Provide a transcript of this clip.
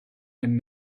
and